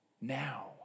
Now